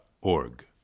org